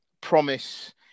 promise